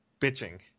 bitching